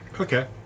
Okay